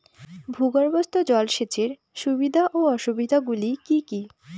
ভূগর্ভস্থ জল সেচের সুবিধা ও অসুবিধা গুলি কি কি?